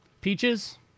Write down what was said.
Peaches